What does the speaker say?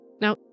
Now